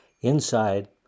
Inside